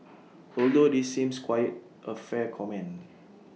although this seems quite A fair comment